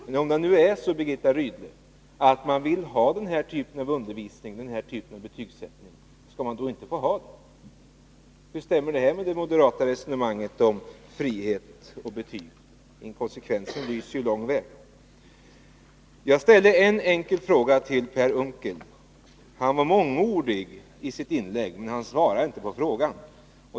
Men om det nu är så, Birgitta Rydle, att man vill ha den här typen av undervisning och den här typen av betygsättning, skall man då inte få ha det? Hur stämmer det här med det moderata resonemanget om frihet och betyg? Inkonsekvensen lyser ju lång väg. Jag ställde en enkel fråga till Per Unckel. Han var mångordig i sitt inlägg, men han svarade inte på frågan.